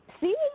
See